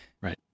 Right